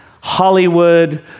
Hollywood